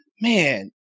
man